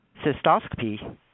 Cystoscopy